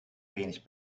wenig